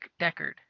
Deckard